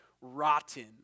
rotten